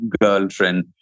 girlfriend